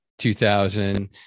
2000